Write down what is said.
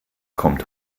kommt